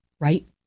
right